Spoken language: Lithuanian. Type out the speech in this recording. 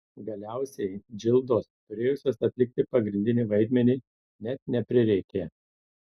galiausiai džildos turėjusios atlikti pagrindinį vaidmenį net neprireikė